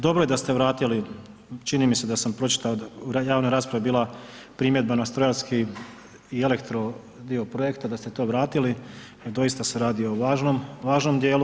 Dobro je da ste vratili, čini mi se da sam pročitao da je u javnoj raspravi bila primjedba na strojarski i elektro dio projekta da ste to vratili, jer doista se radi o važnom dijelu.